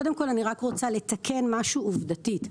קודם כול, אני רוצה לתקן משהו עובדתית.